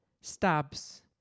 stabs